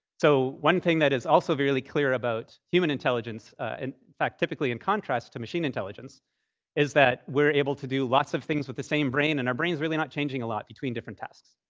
so one thing that is also very clear about human intelligence in fact, typically in contrast to machine intelligence is that we're able to do lots of things with the same brain, and our brain's really not changing a lot between different tasks,